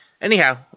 Anyhow